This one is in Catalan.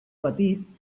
petits